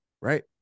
right